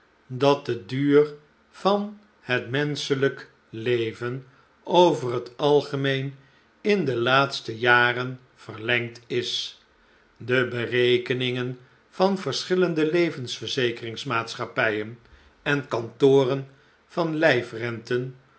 dat deduur van het menschelijk leven over het algemeen in de laatste jaren verlengd is de berekeningen van verschillende le vensverzekerings maatschappijen en kantoren van